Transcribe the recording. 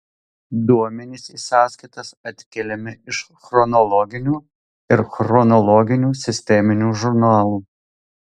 duomenys į sąskaitas atkeliami iš chronologinių ir chronologinių sisteminių žurnalų